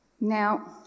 Now